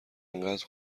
انقدر